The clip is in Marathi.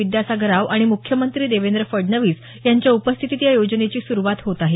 विद्यासागर राव आणि मुख्यमंत्री देवेंद्र फडणवीस यांच्या उपस्थितीत या योजनेची सुरुवात होत आहे